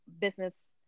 business